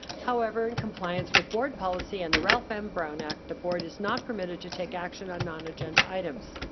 however in compliance with board policy and the ralph m. brown act, the board is not permitted to take action on non-agenda items.